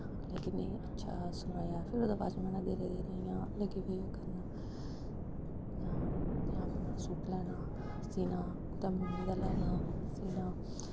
लेकिन एह् अच्छा सनोएआ फिर ओह्दे बाद च लग्गी पेई ओह् करना इ'यां अपना सूट लैना सीना कुतै मम्मी दा लैना सीना